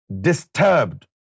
disturbed